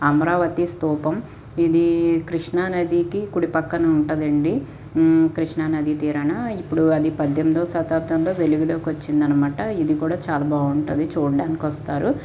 అమరావతి స్తూపం ఇది కృష్ణా నదికి కుడి పక్కన ఉంటాదండి కృష్ణా నది తీరాన ఇప్పుడు అది పద్దెనిమిదవ శతాబ్దంలో వెలుగులోకి వచ్చింది అనమాట ఇది కూడా చాలా బాగుంటుంది చూడడానికి వస్తారు